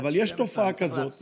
אבל יש תופעה כזאת,